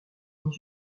dans